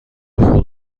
خود